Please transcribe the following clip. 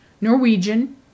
Norwegian